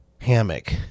hammock